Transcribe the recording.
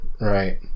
Right